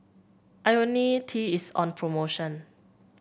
IoniL T is on promotion